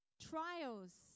trials